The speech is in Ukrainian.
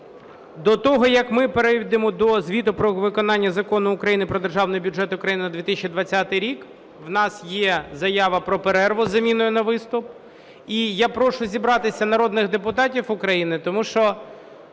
До того, як ми перейдемо до звіту про виконання Закону України "Про Державний бюджет України на 2020 рік", у нас є заява про перерву із заміною на виступ. І я прошу зібратися народних депутатів України, тому що